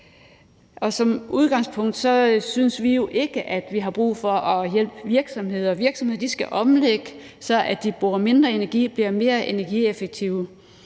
som udgangspunkt synes vi ikke, at vi har brug for at hjælpe virksomheder. Virksomheder skal omlægge, så de bruger mindre energi og bliver mere energieffektive,